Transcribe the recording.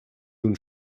nun